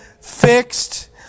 fixed